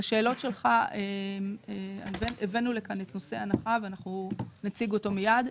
לשאלות שלך, הבאנו את נושא ההנחה ונציג אותו מיד.